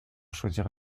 choisir